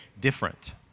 different